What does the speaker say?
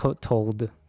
told